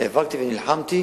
נאבקתי ונלחמתי